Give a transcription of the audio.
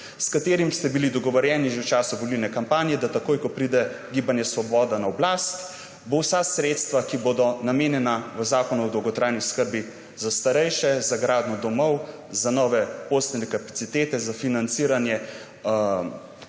s katerim ste bili dogovorjeni že v času volilne kampanje, da takoj, ko pride Gibanje Svoboda na oblast, boste vsa sredstva, namenjena za zakon o dolgotrajni oskrbi za starejše, za gradnjo domov, za nove posteljne kapacitete, za financiranje